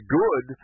good